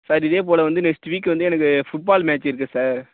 sir இதே போல் வந்து நெக்ஸ்ட்டு வீக்கு வந்து எனக்கு ஃபுட்பால் மேச்சி இருக்கு சார்